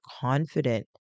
confident